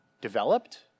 developed